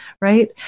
right